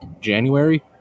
January